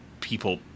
people